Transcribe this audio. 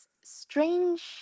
strange